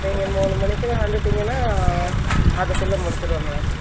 நீங்கள் மூணு மணிக்கெல்லாம் வந்துட்டீங்கன்னா அதுக்குள்ளே முடிச்சிடுவேன் மேம்